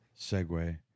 Segway